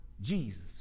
Jesus